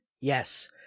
Yes